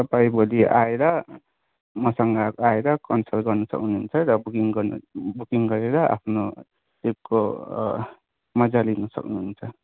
तपाईँ भोलि आएर मसँग आएर कन्सल्ट गर्नु सक्नुहुनेछ र बुकिङ गरेर आफ्नो ट्रिपको मजा लिनु सक्नुहुनेछ